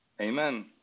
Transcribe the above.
Amen